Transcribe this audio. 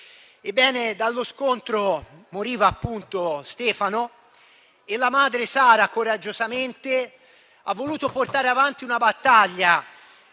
nello scontro Stefano è morto e la madre Sara, coraggiosamente, ha voluto portare avanti una battaglia.